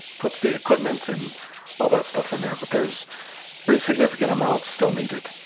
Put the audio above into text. puts the equipment and all that stuff in there. but there's pretty significant amounts still needed.